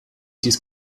dies